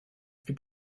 gibt